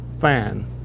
fan